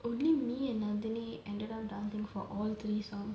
only me and nandini ended up dancing for all three songs